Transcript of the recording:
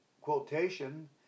quotation